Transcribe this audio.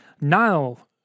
Nile